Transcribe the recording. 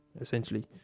essentially